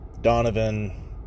Donovan